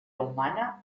humana